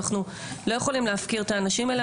אנחנו לא יכולים להפקיר את האנשים האלה.